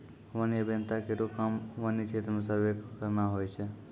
वन्य अभियंता केरो काम वन्य क्षेत्र म सर्वे करना होय छै